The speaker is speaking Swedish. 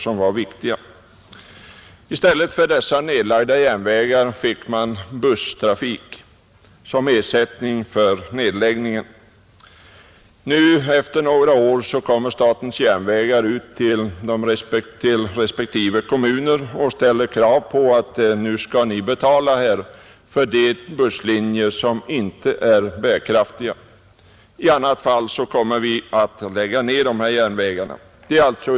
Som ersättning för dessa nedlagda järnvägar fick man busstrafik. Nu efter några år kräver statens järnvägar att respektive kommuner skall betala för de busslinjer som inte är bärkraftiga — i annat fall kommer dessa linjer att läggas ned.